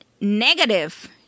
negative